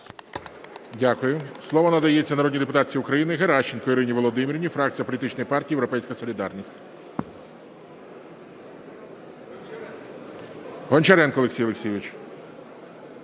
Дякую. Слово надається народній депутатці України Геращенко Ірині Володимирівні, фракція політичної партії "Європейська солідарність". Гончаренко Олексій Олексійович.